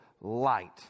light